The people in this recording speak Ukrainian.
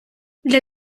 для